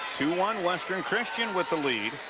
two one western christian with the lead